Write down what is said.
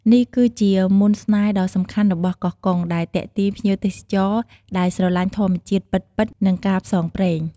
នេះគឺជាមន្តស្នេហ៍ដ៏សំខាន់របស់កោះកុង ដែលទាក់ទាញភ្ញៀវទេសចរដែលស្រលាញ់ធម្មជាតិពិតៗ និងការផ្សងព្រេង។